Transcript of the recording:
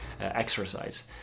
exercise